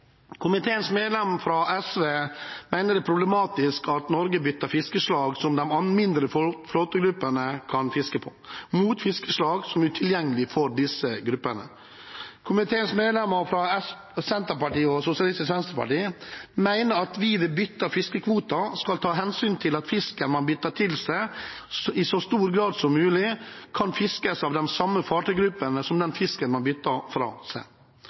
Komiteens medlem fra SV mener det er problematisk at Norge bytter fiskeslag som de mindre flåtegruppene kan fiske på, mot fiskeslag som er utilgjengelig for disse gruppene. Komiteens medlemmer fra Senterpartiet og Sosialistisk Venstreparti mener at vi ved bytte av fiskekvoter skal ta hensyn til at «fisken man bytter til seg, i så stor grad som mulig kan fiskes av de samme fartøysgruppene som den fisken man bytter fra seg».